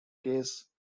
case